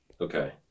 Okay